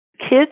kids